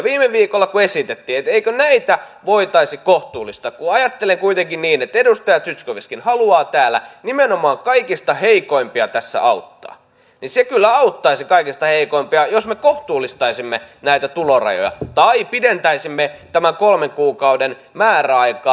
viime viikolla kun esitettiin että eikö näitä voitaisi kohtuullistaa kun ajattelen kuitenkin niin että edustaja zyskowiczkin haluaa täällä nimenomaan kaikista heikoimpia tässä auttaa niin se kyllä auttaisi kaikista heikoimpia jos me kohtuullistaisimme näitä tulorajoja tai pidentäisimme tämän kolmen kuukauden määräaikaa